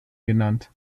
genannt